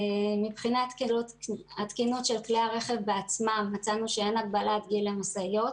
מבחינת התקינות של כלי הרכב בעצמם מצאנו שאין הגבלת גיל למשאיות